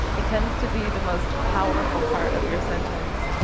it tends to be the most powerful part of your sentence,